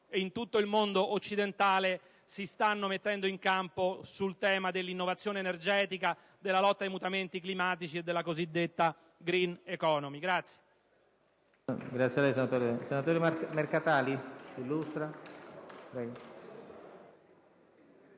ed in tutto il mondo occidentale si stanno mettendo in campo sul tema dell'innovazione energetica, della lotta ai mutamenti climatici e della cosiddetta *green economy.